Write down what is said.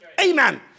Amen